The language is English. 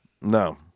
No